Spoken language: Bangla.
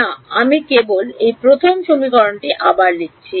না আমি কেবল এই প্রথম সমীকরণটি আবার লিখেছি